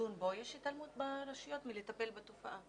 לדון בו, יש התעלמות ברשויות מלטפל בתופעה.